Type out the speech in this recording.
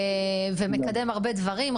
הוא מקדם הרבה דברים.